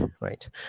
right